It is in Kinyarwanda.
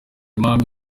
mpamvu